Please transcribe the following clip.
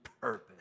purpose